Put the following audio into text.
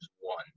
one